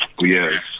Yes